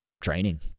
training